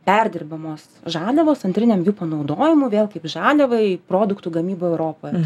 perdirbamos žaliavos antriniam panaudojimui vėl kaip žaliavai produktų gamybai europoj